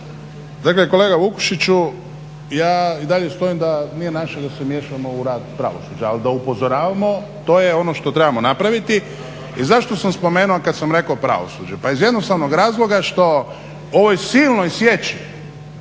Dakle, kolega Vukšiću ja i dalje stojim da nije naše da se miješamo u rad pravosuđa ali da upozoravamo to je ono što trebamo napraviti i zašto sam spomenuo kad sam rekao pravosuđe. Pa iz jednostavnog razloga što u ovoj silnoj sječi